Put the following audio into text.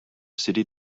city